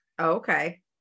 okay